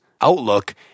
outlook